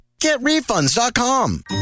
GetRefunds.com